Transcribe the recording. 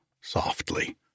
softly